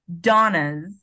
Donna's